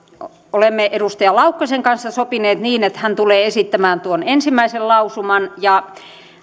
olemme edustaja laukkasen kanssa sopineet niin että hän tulee esittämään tuon ensimmäisen lausuman ja